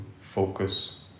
focus